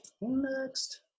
Next